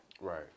Right